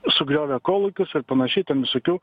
sugriovė kolūkius ir panašiai ten visokių